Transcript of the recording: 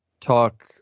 talk